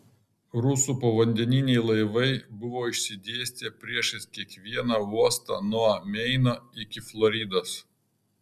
rusų povandeniniai laivai buvo išsidėstę priešais kiekvieną uostą nuo meino iki floridos